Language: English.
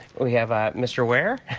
we have mr. ware.